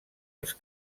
els